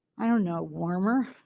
i don't know, warmer,